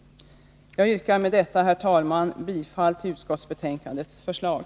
Jag yrkar med det sagda bifall till utskottsbetänkandets förslag.